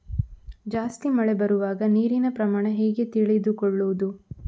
ಜಾಸ್ತಿ ಮಳೆ ಬರುವಾಗ ನೀರಿನ ಪ್ರಮಾಣ ಹೇಗೆ ತಿಳಿದುಕೊಳ್ಳುವುದು?